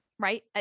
Right